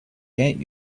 get